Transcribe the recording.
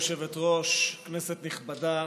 גברתי היושבת-ראש, כנסת נכבדה,